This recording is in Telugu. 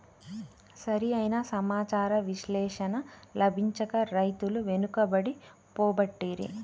సరి అయిన సమాచార విశ్లేషణ లభించక రైతులు వెనుకబడి పోబట్టిరి